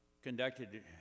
Conducted